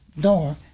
door